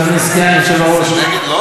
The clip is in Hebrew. אדוני סגן היושב-ראש,